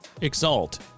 EXALT